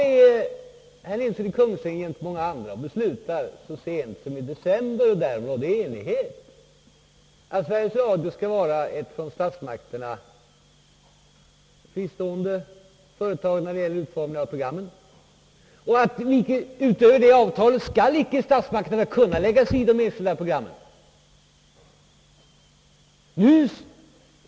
Herr Nilsson i Kungsängen och många andra beslutade så sent som i december 1966 — och därom rådde enighet — att Sveriges Radio skall vara ett från statsmakterna fristående företag när det gäller utformningen av pro det avtalet icke skall kunna lägga sig i de enskilda programmen.